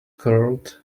curled